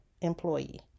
employee